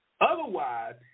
Otherwise